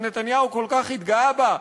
שנתניהו כל כך התגאה בה,